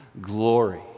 glory